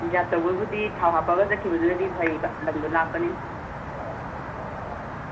reserve ꯇꯧꯕꯕꯨꯗꯤ ꯊꯥꯎ ꯍꯥꯞꯄꯒ ꯆꯠꯈꯤꯕꯗꯨꯅꯗꯤ ꯐꯔꯤꯕ ꯂꯝꯗꯣ ꯂꯥꯞꯄꯅꯤꯅ